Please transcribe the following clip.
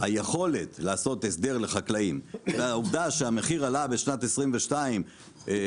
היכולת לעשות הסדר לחקלאים והעובדה שהמחיר לצרכן עלה בשנת 2022 ב-10%,